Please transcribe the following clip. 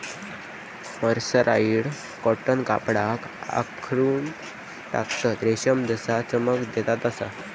mercerised cotton कपड्याक आखडून टाकता, रेशम जसा चमक देता तसा